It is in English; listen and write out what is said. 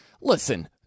listen